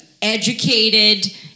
educated